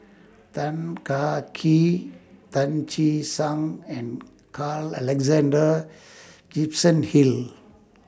Tan Kah Kee Tan Che Sang and Carl Alexander Gibson Hill